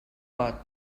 got